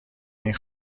این